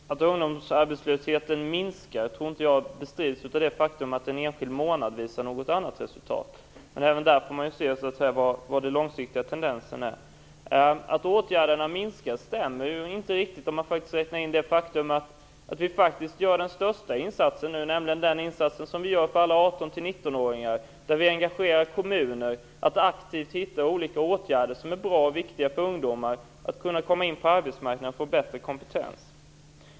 Fru talman! Att ungdomsarbetslösheten minskar tror inte jag bestrids av det faktum att en enskild månad visar ett annat resultat. Men även där får man se på den långsiktiga tendensen. Att åtgärderna minskar stämmer inte riktigt, om man räknar in det faktum att vi faktiskt gör den största insatsen nu, nämligen den insats som vi gör för alla 18-19-åringar. Vi engagerar kommuner att aktivt hitta olika åtgärder som är bra och viktiga för ungdomar så att de kan komma in på arbetsmarknaden och få bättre kompetens.